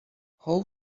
how